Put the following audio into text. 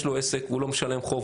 יש לו עסק והוא לא משלם חוב,